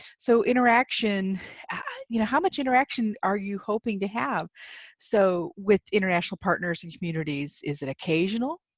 so interaction you know how much interaction are you hoping to have so with international partners and communities? is it occasional?